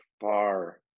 far